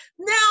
Now